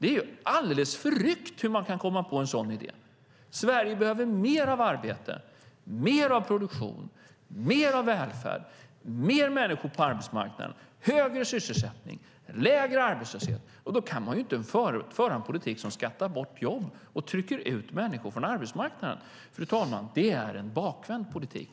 Det är alldeles förryckt hur man kan komma på en sådan idé. Sverige behöver mer av arbete, mer av produktion, mer av välfärd, fler människor på arbetsmarknaden, högre sysselsättning, lägre arbetslöshet. Det är, fru talman, en bakvänd politik.